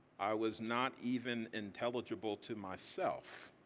i was not even intelligible to myself,